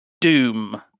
Doom